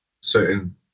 certain